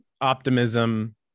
optimism